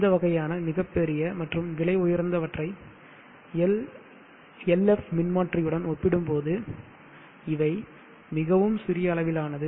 இந்த வகையான மிகப் பெரிய மற்றும் விலை உயர்ந்தவற்றை LF மின்மாற்றியுடன் ஒப்பிடும்போது இவை மிகவும் சிறிய அளவிலானது